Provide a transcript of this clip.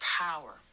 power